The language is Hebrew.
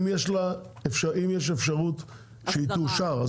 אם יש אפשרות שהיא תאושר.